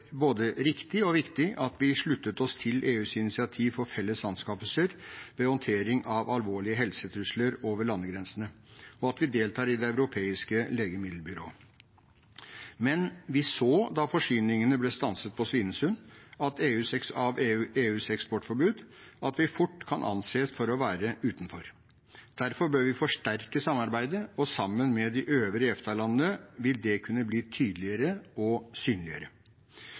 både riktig og viktig at vi sluttet oss til EUs initiativ for felles anskaffelse ved håndtering av alvorlige helsetrusler over landegrensene, og at vi deltar i Det europeiske legemiddelbyrået. Men vi så da forsyningene ble stanset på Svinesund på grunn av EUs eksportforbud, at vi fort kan anses for å være utenfor. Derfor bør vi forsterke samarbeidet, og sammen med de øvrige EFTA-landene vil det kunne bli tydeligere og synligere.